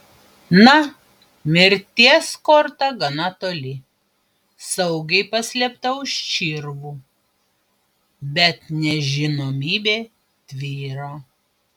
na mirties korta gana toli saugiai paslėpta už čirvų bet nežinomybė tvyro